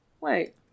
Wait